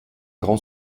grand